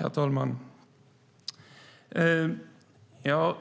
Herr talman!